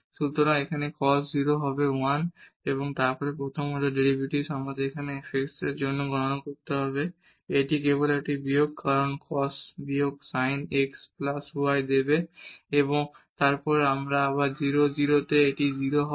সুতরাং একটি cos 0 হবে 1 এবং তারপর প্রথম অর্ডার ডেরিভেটিভস আমাদের এই fx এর জন্য গণনা করতে হবে এটি কেবল একটি বিয়োগ কারণ এই cos বিয়োগ sin x plus y দেবে এবং তারপর আবার 0 0 এ এটি 0 হবে